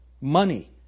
Money